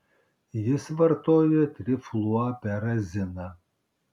jis vartoja trifluoperaziną